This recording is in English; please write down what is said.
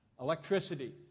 electricity